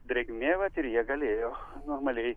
drėgmė vat ir jie galėjo normaliai